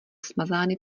smazány